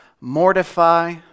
Mortify